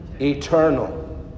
eternal